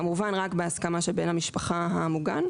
כמובן רק בהסכמה של בן המשפחה המוגן.